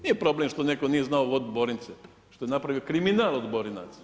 Nije problem što netko nije znao vodit Borince, što je napravio kriminal od Borinaca.